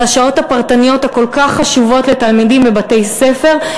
והשעות הפרטניות הכל-כך חשובות לתלמידים בבתי-ספר,